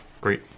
Great